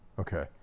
Okay